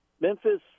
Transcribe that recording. Memphis